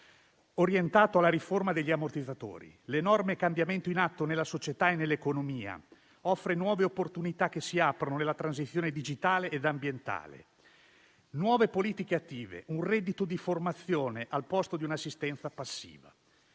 orientato alla riforma degli ammortizzatori. L'enorme cambiamento in atto nella società e nell'economia offre nuove opportunità che si aprono nella transizione digitale ed ambientale: nuove politiche attive, un reddito di formazione al posto di un'assistenza passiva.